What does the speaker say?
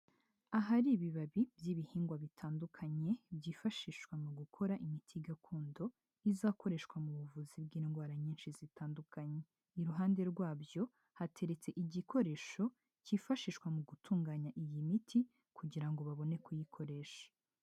Ahari ibibabi by'ibihingwa bitandukanye byifashishwa mu gukora imiti gakondo izakoreshwa mu buvuzi bw'indwara nyinshi zitandukanye, iruhande rwabyo hateretse igikoresho cyifashishwa mu gutunganya iyi miti kugira ngo babone kuyikoresha.